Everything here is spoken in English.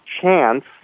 Chance